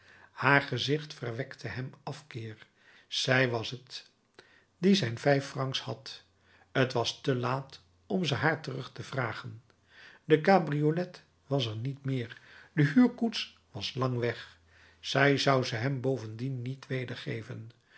haar gezicht verwekte hem afkeer zij was het die zijn vijf francs had t was te laat om ze haar terug te vragen de cabriolet was er niet meer de huurkoets was lang weg zij zou ze hem bovendien niet